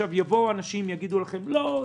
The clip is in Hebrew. אבל יבואו אנשים שיגידו לא,